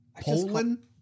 Poland